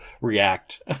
react